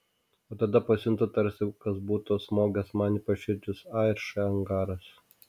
o tada pasijuntu tarsi kas būtų smogęs man į paširdžius a ir š angaras